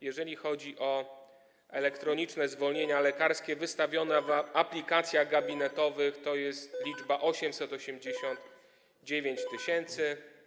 Jeżeli chodzi o elektroniczne zwolnienia lekarskie wystawione w aplikacjach gabinetowych, było ich 889 tys.